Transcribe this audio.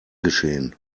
geschehen